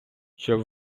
щоб